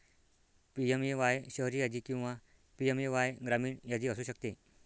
PMAY शहरी यादी किंवा पी.एम.ए.वाय ग्रामीण यादी असू शकते